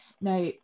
Now